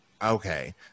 Okay